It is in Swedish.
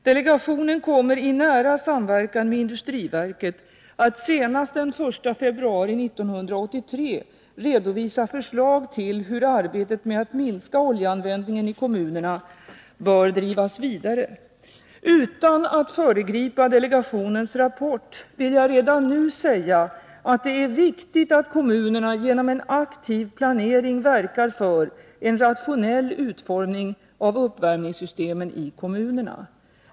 Delegationen kommer i nära samverkan med industriverket att senast den 1 februari 1983 redovisa förslag till hur arbetet med att minska oljeanvändningen i kommunerna bör drivas vidare. Utan att föregripa delegationens rapport vill jag redan nu säga att det är viktigt att kommunerna genom en aktiv planering verkar för en rationell utformning av uppvärmningssystemen i kommunerna.